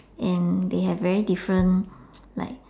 and they have very different like